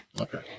Okay